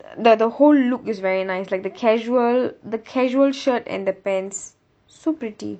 the the whole look is very nice like the casual the casual shirt and the pants so pretty